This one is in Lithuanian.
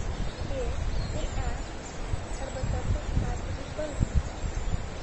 ė ir e arba tartas tarpinis balsis